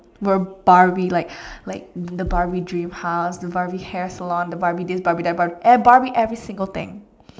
were barbie like like the barbie dream house the barbie hair salon the barbie this barbie that the barbie every single thing